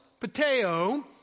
pateo